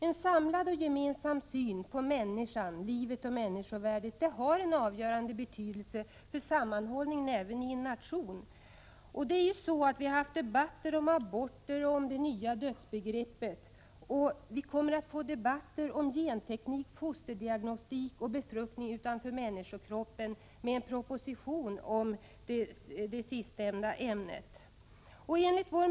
En samlad, gemensam syn på människan, livet och människovärdet, har en avgörande betydelse för sammanhållningen även inom en nation. Vi har haft debatter om aborter och om det nya dödsbegreppet. Vi kommer att få debatter om genteknik, fosterdiagnostik och befruktning utanför människokroppen — i det sistnämnda ämnet kommer det en proposition.